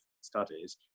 studies